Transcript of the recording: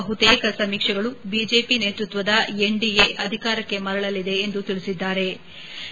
ಬಹುತೇಕ ಸಮೀಕ್ಷೆಗಳು ಬಿಜೆಪಿ ನೇತೃತ್ವದ ಎನ್ಡಿಎ ಅಧಿಕಾರಕ್ಷೆ ಮರಳಲಿದೆ ಎಂದು ತಿಳಿಸಿವೆ